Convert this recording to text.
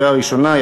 קריאה ראשונה.